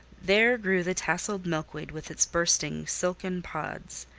there grew the tasseled milkweed with its bursting silken pods,